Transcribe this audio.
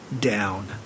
down